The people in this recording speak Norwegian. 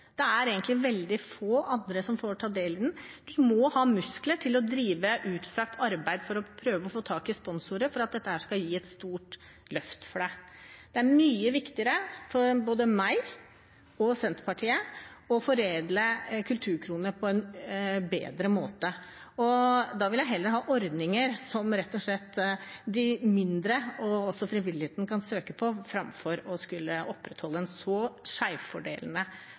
Det er egentlig veldig få andre som får ta del i ordningen. De må ha muskler til å drive utstrakt arbeid for å prøve å få tak i sponsorer, for at dette skal gi et stort løft for det. Det er mye viktigere for både meg og Senterpartiet å foredle kulturkronene på en bedre måte. Da vil jeg heller ha ordninger som de mindre og også frivilligheten kan søke på, framfor å skulle opprettholde en så